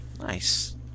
Nice